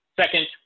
Second